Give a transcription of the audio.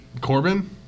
Corbin